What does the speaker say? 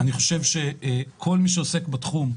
אני חושב שכל מי שעוסק בתחום,